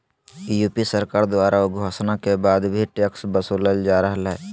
UP सरकार द्वारा घोषणा के बाद भी टैक्स वसूलल जा रहलय